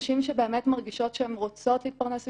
נשים שבאמת מרגישות שהן רוצות להתפרנס מזה,